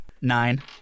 Nine